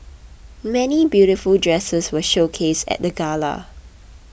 many beautiful dresses were showcased at the gala